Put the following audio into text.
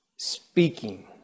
Speaking